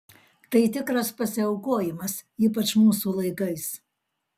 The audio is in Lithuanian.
tai tikras pasiaukojimas ypač mūsų laikais